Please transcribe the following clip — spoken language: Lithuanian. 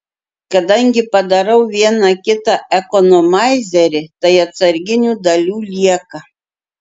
kadangi padarau vieną kitą ekonomaizerį tai atsarginių dalių lieka